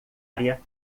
área